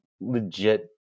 legit